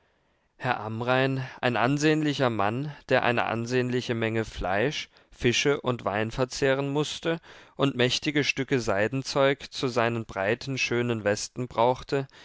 herr amrain ein ansehnlicher mann der eine ansehnliche menge fleisch fische und wein verzehren mußte und mächtige stücke seidenzeug zu seinen breiten schönen westen brauchte